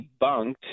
debunked